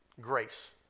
grace